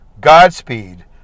Godspeed